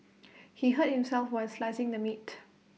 he hurt himself while slicing the meat